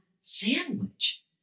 sandwich